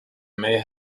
may